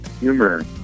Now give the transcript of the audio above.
Humor